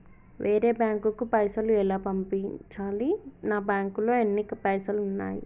వేరే బ్యాంకుకు పైసలు ఎలా పంపించాలి? నా బ్యాంకులో ఎన్ని పైసలు ఉన్నాయి?